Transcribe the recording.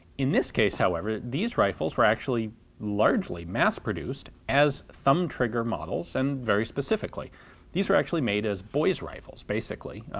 in this case however these rifles were actually largely mass-produced as thumb trigger models and very specifically these were actually made as boys' rifles, basically